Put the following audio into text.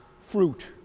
fruit